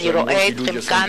ואני רואה אתכם מכאן,